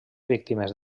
víctimes